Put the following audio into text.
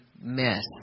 mess